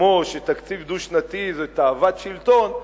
כמו שתקציב דו-שנתי זה תאוות שלטון,